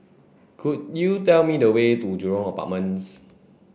could you tell me the way to Jurong Apartments